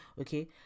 okay